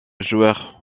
joueur